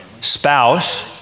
spouse